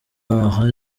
aha